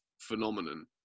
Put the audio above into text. phenomenon